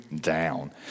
down